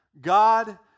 God